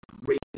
great